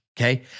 Okay